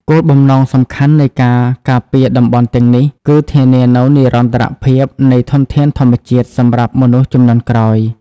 គោលបំណងសំខាន់នៃការការពារតំបន់ទាំងនេះ គឺធានានូវនិរន្តរភាពនៃធនធានធម្មជាតិសម្រាប់មនុស្សជំនាន់ក្រោយ។